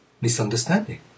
misunderstanding